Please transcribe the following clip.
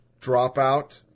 dropout